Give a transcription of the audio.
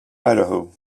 idaho